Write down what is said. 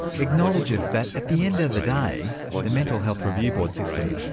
acknowledges that at the end of the day the mental health review board system,